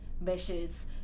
measures